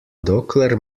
dokler